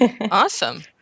Awesome